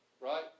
Right